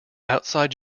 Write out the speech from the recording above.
outside